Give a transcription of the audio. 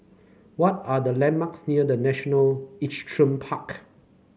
what are the landmarks near The National Equestrian Park